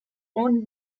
owned